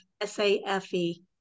S-A-F-E